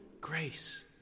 Grace